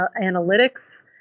analytics